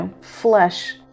flesh